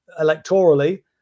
electorally